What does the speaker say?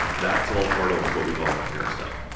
that's all part of what we car our prepare stuff.